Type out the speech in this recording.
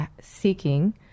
seeking